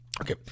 Okay